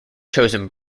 chosen